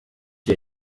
wer